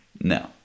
No